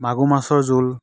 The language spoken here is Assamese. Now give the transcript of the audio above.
মাগুৰ মাছৰ জোল